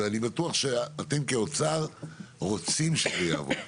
ואני בטוח שאתם כאוצר רוצים שזה יעבוד,